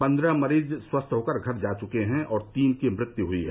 पन्द्रह मरीज स्वस्थ होकर घर जा चुके है और तीन की मृत्यु हुई है